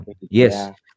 Yes